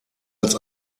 als